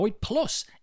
Plus